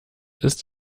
ist